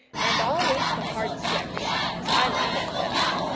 and i'll eat the hard sticks, cos i like em best.